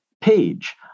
page